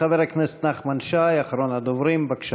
חבר הכנסת נחמן שי, אחרון הדוברים, בבקשה.